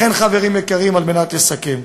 לכן, חברים יקרים, אסכם: